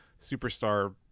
Superstar